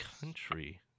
country